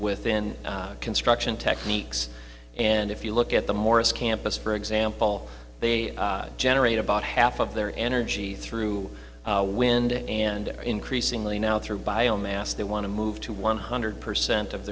within construction techniques and if you look at the morris campus for example they generate about half of their energy through wind and increasingly now through bio mass they want to move to one hundred percent of